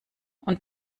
und